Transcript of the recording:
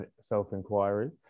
self-inquiry